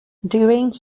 during